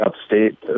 upstate